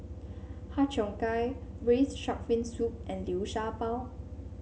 Har Cheong Gai Braised Shark Fin Soup and Liu Sha Bao